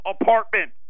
apartment